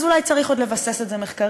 אז אולי צריך עוד לבסס את זה מחקרית,